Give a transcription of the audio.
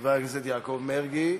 חבר הכנסת יעקב מרגי,